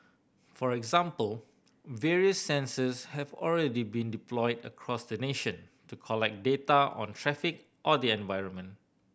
for example various sensors have already been deployed across the nation to collect data on traffic or the environment